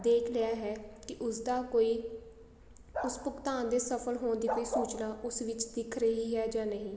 ਦੇਖ ਲਿਆ ਹੈ ਕਿ ਉਸਦਾ ਕੋਈ ਉਸ ਭੁਗਤਾਨ ਦੇ ਸਫਲ ਹੋਣ ਦੀ ਕੋਈ ਸੂਚਨਾ ਉਸ ਵਿੱਚ ਦਿਖ ਰਹੀ ਹੈ ਜਾਂ ਨਹੀਂ